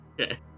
Okay